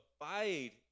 abide